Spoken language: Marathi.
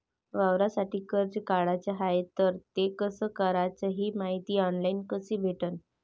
वावरासाठी कर्ज काढाचं हाय तर ते कस कराच ही मायती ऑनलाईन कसी भेटन?